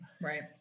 Right